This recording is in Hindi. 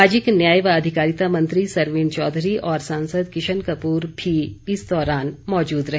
सामाजिक न्याय व अधिकारिता मंत्री सरवीण चौधरी और सांसद किशन कपूर भी इस दौरान मौजूद रहे